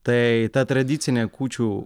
tai ta tradicinė kūčių